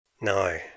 No